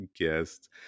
guest